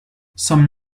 some